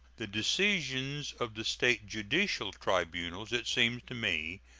the decisions of the state judicial tribunals, it seems to me,